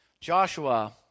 joshua